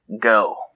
Go